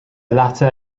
latter